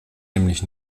nämlich